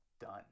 Done